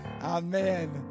Amen